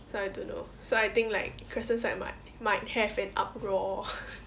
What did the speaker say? so I don't know so I think like crescent side might might have an uproar